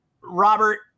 Robert